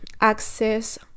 access